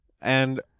And-